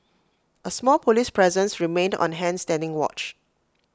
A small Police presence remained on hand standing watch